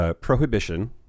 prohibition